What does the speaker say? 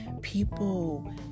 People